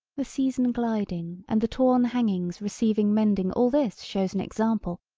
the season gliding and the torn hangings receiving mending all this shows an example,